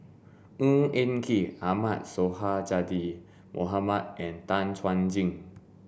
Ng Eng Kee Ahmad Sonhadji Mohamad and Tan Chuan Jin